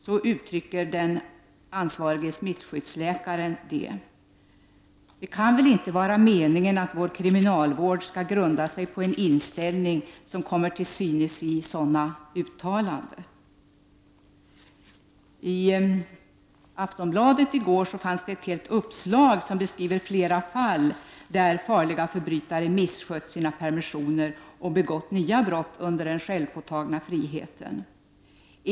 Så uttrycker sig den ansvarige smittskyddsläkaren. Det kan väl inte vara meningen att vår kriminalvård skall grunda sig på den inställning som kommer till uttryck i sådana uttalanden. I Aftonbladet i går fanns ett helt uppslag som beskriver flera fall där farliga förbrytare misskött sina permissioner och begått nya brott i samband med den självpåtagna friheten.